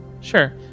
sure